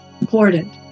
important